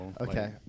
Okay